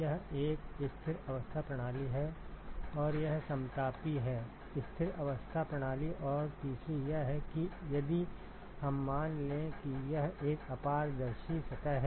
यह एक स्थिर अवस्था प्रणाली है और यह समतापी हैस्थिर अवस्था isothermal प्रणाली और तीसरी यह है कि यदि हम मान लें कि यह एक अपारदर्शी सतह है